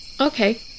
Okay